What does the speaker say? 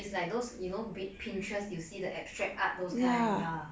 it's like those you know pin~ pinterest you see the abstract art those kind ya